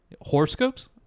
horoscopes